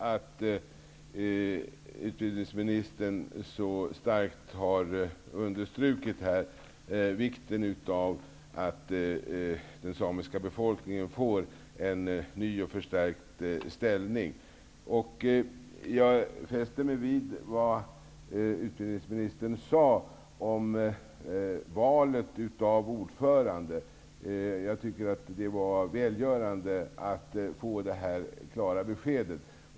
Fru talman! Jag tycker att det är skönt att utbildningsministern så starkt har understrukit vikten av att den samiska befolkningen får en förstärkt ställning. Jag fäster mig vid vad utbildningsministern sade om valet av ordförande. Det var välgörande att få det klara beskedet.